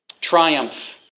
Triumph